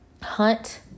hunt